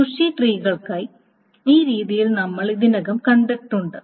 bushy ട്രീകൾക്കായി ഈ രീതിയിൽ നമ്മൾ ഇതിനകം കണ്ടിട്ടുണ്ട്